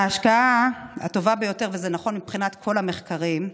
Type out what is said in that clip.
ההשקעה הטובה ביותר, וזה נכון מבחינת כל המחקרים,